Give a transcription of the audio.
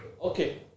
okay